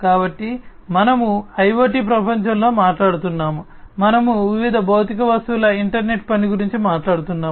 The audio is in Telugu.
కాబట్టి మనము IoT ప్రపంచంలో మాట్లాడుతున్నాము మనము వివిధ భౌతిక వస్తువుల ఇంటర్నెట్ పని గురించి మాట్లాడుతున్నాము